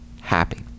happy